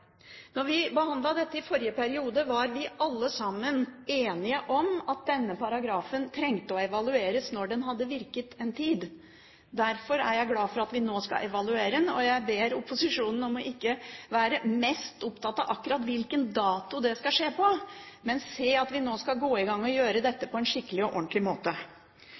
vi behandlet dette i forrige periode, var vi alle sammen enige om at denne paragrafen trengte å evalueres når den hadde virket en tid. Derfor er jeg glad for at vi nå skal evaluere den, og jeg ber opposisjonen om ikke å være mest opptatt av akkurat hvilken dato det skal skje på, men se at vi nå skal gå i gang og gjøre dette på en skikkelig og ordentlig måte.